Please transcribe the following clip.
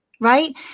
right